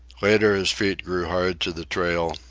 later his feet grew hard to the trail,